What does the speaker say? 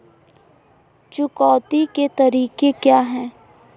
चुकौती के तरीके क्या हैं?